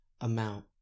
amount